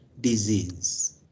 disease